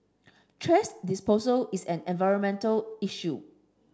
thrash disposal is an environmental issue